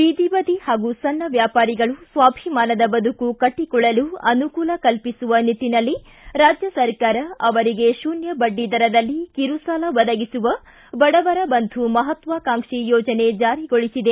ಬೀದಿ ಬದಿ ಹಾಗೂ ಸಣ್ಣ ವ್ಯಾಪಾರಿಗಳು ಸ್ವಾಭಿಮಾನದ ಬದುಕು ಕಟ್ಟಕೊಳ್ಳಲು ಅನುಕೂಲ ಕಲ್ಪಿಸುವ ನಿಟ್ಟನಲ್ಲಿ ರಾಜ್ಯ ಸರ್ಕಾರ ಅವರಿಗೆ ಕೂನ್ನ ಬಡ್ಡಿದರದಲ್ಲಿ ಕಿರುಸಾಲ ಒದಗಿಸುವ ಬಡವರ ಬಂಧು ಮಹತ್ವಾಕಾಂಕ್ಷಿ ಯೋಜನೆ ಜಾರಿಗೊಳಿಸಿದೆ